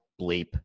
bleep